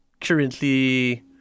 currently